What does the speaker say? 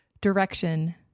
direction